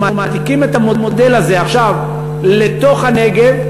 אנחנו מעתיקים את המודל הזה עכשיו לתוך הנגב,